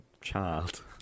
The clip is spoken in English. Child